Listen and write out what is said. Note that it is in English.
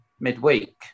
midweek